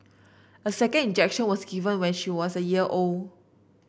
a second injection was given when she was a year old